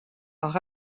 part